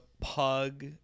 pug